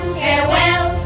farewell